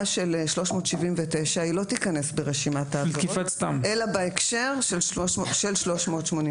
של 379 לא תיכנס ברשימת העבירות אלא בהקשר של 382(ד).